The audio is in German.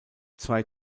zwei